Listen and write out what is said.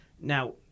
Now